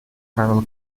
правило